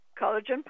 collagen